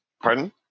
Pardon